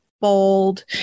bold